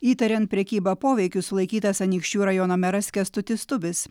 įtariant prekyba poveikiu sulaikytas anykščių rajono meras kęstutis tubis